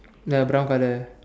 ya brown colour